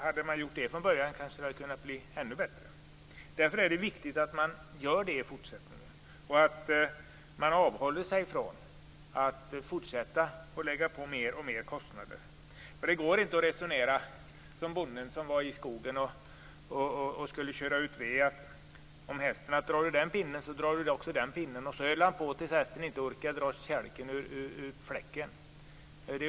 Hade man gjort det från början hade det kanske kunnat bli ändå bättre. Därför är det viktigt att man gör det i fortsättningen och att man avhåller sig från att fortsätta att lägga på mer kostnader. Det går inte att resonera som bonden som var i skogen och skulle köra ut ved med hästen, att drar du den pinnen, så drar du också den pinnen. Så höll han på tills hästen inte orkade dra kälken ur fläcken.